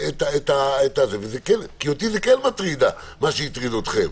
כי אותי זה כן מטריד מה שהטריד אתכם.